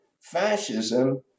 fascism